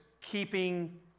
keeping